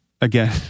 Again